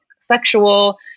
sexual